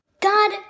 God